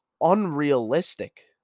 unrealistic